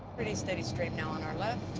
pretty steady stream now on our left.